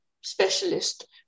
specialist